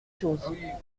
choses